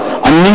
עוספיא.